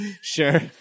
Sure